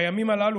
בימים הללו,